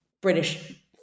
British